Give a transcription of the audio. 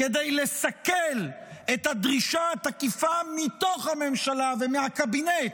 כדי לסכל את הדרישה התקיפה מתוך הממשלה ומהקבינט,